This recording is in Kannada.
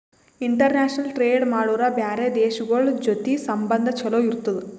ಇಂಟರ್ನ್ಯಾಷನಲ್ ಟ್ರೇಡ್ ಮಾಡುರ್ ಬ್ಯಾರೆ ದೇಶಗೋಳ್ ಜೊತಿ ಸಂಬಂಧ ಛಲೋ ಇರ್ತುದ್